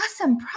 awesome